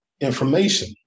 information